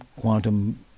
quantum